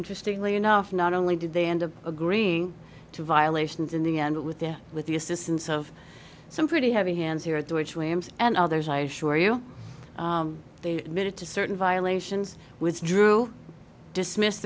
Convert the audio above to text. interesting way enough not only did they end up agreeing to violations in the end with their with the assistance of some pretty heavy hands here at which whims and others i assure you they made it to certain violations withdrew dismissed